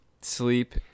sleep